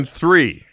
three